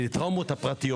ואת ההיבט הסמלי הזה,